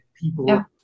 people